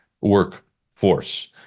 workforce